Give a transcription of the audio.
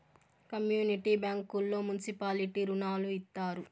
community బ్యాంకుల్లో municipality రుణాలు ఇత్తారు